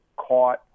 caught